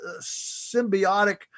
symbiotic